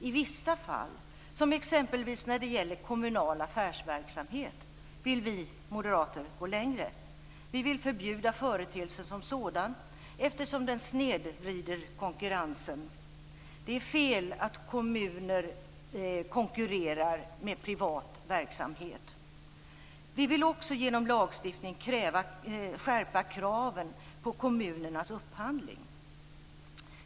I vissa fall, exempelvis när det gäller kommunal affärsverksamhet, vill vi moderater gå längre. Vi vill förbjuda företeelsen som sådan, eftersom den snedvrider konkurrensen. Det är fel att kommuner konkurrerar med privat verksamhet. Vi vill också genom lagstiftning skärpa kraven på kommunernas upphandling.